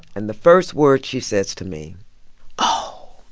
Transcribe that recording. and the first words she says to me oh,